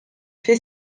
fait